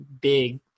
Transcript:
big